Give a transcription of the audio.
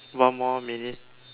one more minute